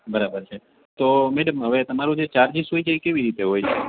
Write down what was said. બરાબર છે તો મેડમ હવે તમારું ચાર્જિસ હોય કે એ કેવી રીતે હોય છે